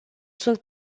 sunt